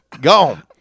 gone